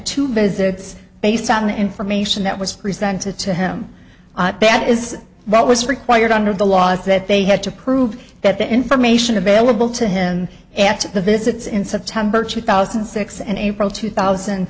two visits based on the information that was presented to him bad is what was required under the laws that they had to prove that the information available to him after the visits in september two thousand and six and april two thousand